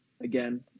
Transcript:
Again